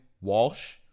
Walsh